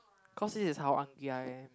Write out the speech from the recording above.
cause this is how hungry I am